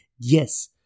yes